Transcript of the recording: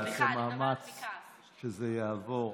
נעשה מאמץ שזה יעבור.